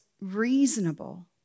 reasonable